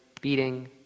beating